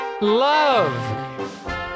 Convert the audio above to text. love